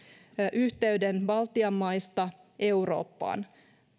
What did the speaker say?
yhteyden baltian maista eurooppaan